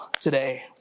today